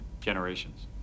generations